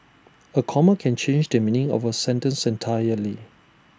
A comma can change the meaning of A sentence entirely